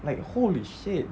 like holy shit